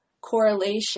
correlation